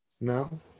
no